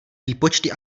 výpočty